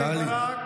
חברי כנסת, רק